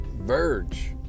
Verge